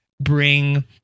bring